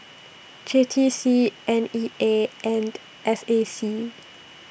J T C N E A and S A C